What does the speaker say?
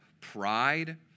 pride